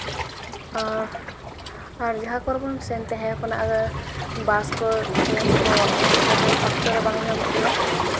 ᱟᱨ ᱡᱟᱦᱟᱸ ᱠᱚᱨᱮ ᱵᱚᱱ ᱥᱮᱱ ᱛᱟᱦᱮᱸᱣᱟᱠᱟᱱᱟ ᱚᱸᱰᱮ ᱵᱟᱥ ᱠᱚ ᱴᱨᱮᱹᱱ ᱠᱚ ᱛᱚᱠᱷᱚᱱ ᱚᱠᱛᱚ ᱨᱮ ᱵᱟᱝ ᱧᱟᱢᱚᱜ ᱜᱮᱭᱟ